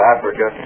Africa